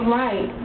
right